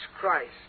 Christ